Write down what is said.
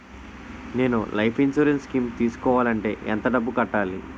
నేను life insurance scheme తీసుకోవాలంటే ఎంత డబ్బు కట్టాలి?